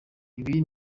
ibi